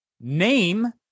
name